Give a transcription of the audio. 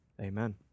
Amen